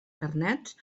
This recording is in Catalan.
carnets